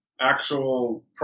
actual